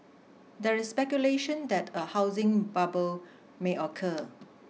there is speculation that a housing bubble may occur